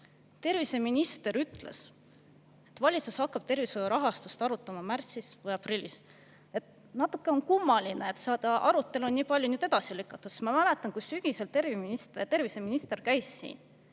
Terviseminister ütles, et valitsus hakkab tervishoiu rahastust arutama märtsis või aprillis. Natukene kummaline, et seda arutelu on nii palju edasi lükatud. Ma mäletan, kui sügisel terviseminister käis siin,